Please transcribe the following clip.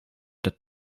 that